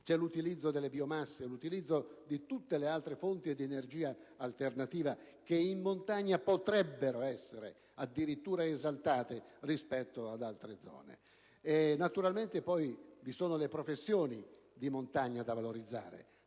C'è l'utilizzo delle biomasse e di tutte le altre fonti di energia alternativa che in montagna potrebbero essere addirittura esaltate rispetto ad altre zone. Vi sono poi le professioni di montagna da valorizzare: